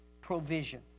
provision